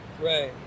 Right